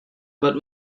but